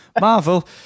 Marvel